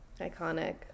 Iconic